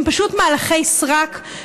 הם פשוט מהלכי סרק,